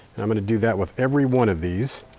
and i'm going to do that with every one of these.